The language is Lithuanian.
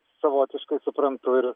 savotiškai suprantu ir